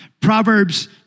Proverbs